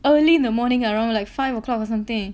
early in the morning around like five o'clock or something